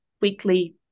weekly